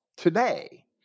today